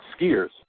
skiers